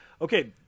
Okay